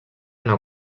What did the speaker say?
una